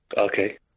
Okay